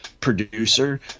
producer